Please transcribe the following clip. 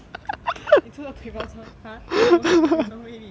你除了腿毛长 !huh! 你有什么你有什么秘密你跟我讲